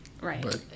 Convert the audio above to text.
Right